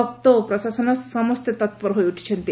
ଭକ୍ତ ଓ ପ୍ରଶାସନ ସମସେ ତପ୍ର ହୋଇଉଠିଛନ୍ତି